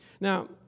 Now